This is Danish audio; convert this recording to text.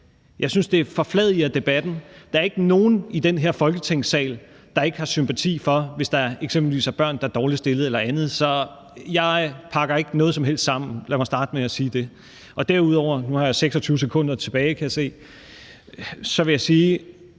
Jeg synes, det forfladiger debatten. Der er ikke nogen i den her Folketingssal, der ikke har sympati for, hvis der eksempelvis er børn, der er dårligt stillet eller andet. Så jeg pakker ikke noget som helst sammen. Lad mig starte med at sige det. Derudover – nu har jeg 26 sekunder tilbage, kan jeg se – vil jeg sige,